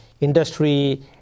industry